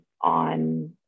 on